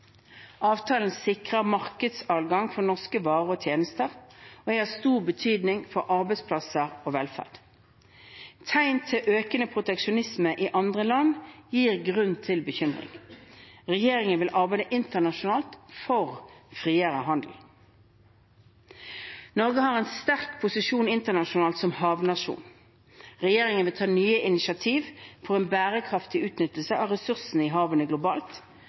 Avtalen sikrer markedsadgang for norske varer og tjenester og er av stor betydning for arbeidsplasser og velferd. Tegn til økende proteksjonisme i andre land gir grunn til bekymring. Regjeringen vil arbeide internasjonalt for friere handel. Norge har en sterk posisjon internasjonalt som havnasjon. Regjeringen vil ta nye initiativ for en bærekraftig utnyttelse av ressursene i havene globalt,